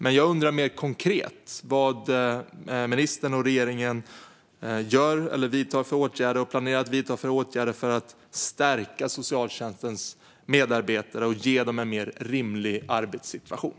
Men jag undrar mer konkret vilka åtgärder ministern och regeringen vidtar och planerar att vidta för att stärka socialtjänstens medarbetare och ge dem en rimlig arbetssituation.